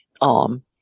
ARM